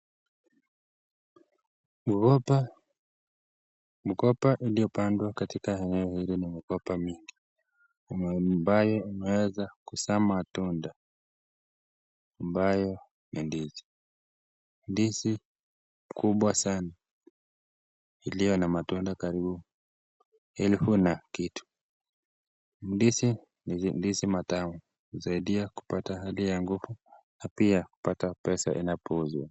Mgomba, mgomba uliopandwa katika eneo hili ni migomba mingi ambaye umeweza kuzaa matunda ambayo ni ndizi. Ndizi kubwa sana iliyo na matunda karibu elfu na kitu. Ndizi ni ndizi matamu husaidia kupata hali ya nguvu na pia kipata pesa inapouzwa.